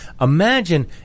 Imagine